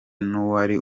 n’uwari